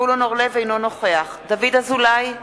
אינו נוכח דוד אזולאי,